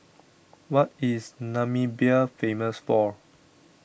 what is Namibia famous for